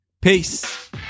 Peace